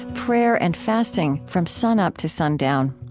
prayer, and fasting from sun-up to sundown.